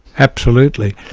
absolutely.